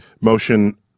motion